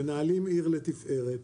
מנהלים עיר לתפארת,